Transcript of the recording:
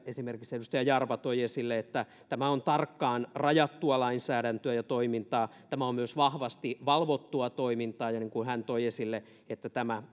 esimerkiksi edustaja jarva toi esille että tämä on tarkkaan rajattua lainsäädäntöä ja toimintaa tämä on myös vahvasti valvottua toimintaa ja niin kuin hän toi esille tämä